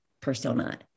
persona